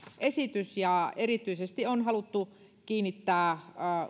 esitys erityisesti on haluttu kiinnittää